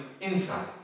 inside